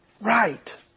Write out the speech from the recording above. Right